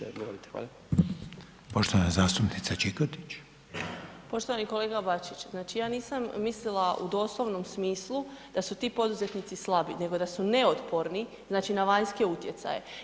Poštovani kolega Bačić, znači ja nisam mislila u doslovnom smislu da su ti poduzetnici slabi, nego da su neotporni znači na vanjske utjecaje.